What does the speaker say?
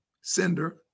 sender